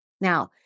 Now